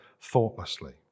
thoughtlessly